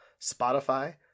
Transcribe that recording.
Spotify